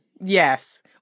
Yes